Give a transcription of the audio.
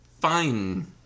Fine